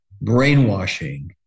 brainwashing